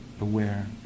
aware